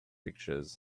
pictures